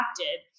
adapted